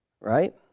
Right